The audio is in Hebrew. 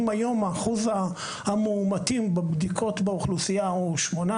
אם היום אחוז המאומתים בבדיקות באוכלוסייה הוא 12%,